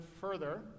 further